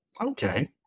Okay